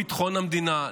לא ביטחון המדינה,